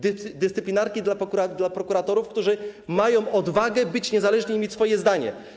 Dyscyplinarki dla prokuratorów, którzy mają odwagę być niezależni i mieć swoje zdanie.